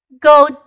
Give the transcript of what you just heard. Go